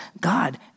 God